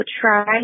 try